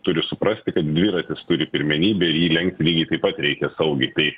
turi suprasti kad dviratis turi pirmenybę ir jį lenkti lygiai taip pat reikia saugiai tai